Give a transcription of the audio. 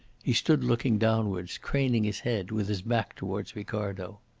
he stood looking downwards, craning his head, with his back towards ricardo.